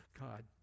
God